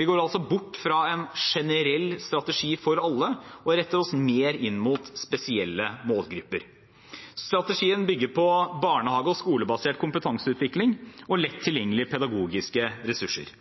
Vi går altså bort fra en generell strategi for alle og retter oss mer inn mot spesielle målgrupper. Strategien bygger på barnehage- og skolebasert kompetanseutvikling og lett tilgjengelige pedagogiske ressurser.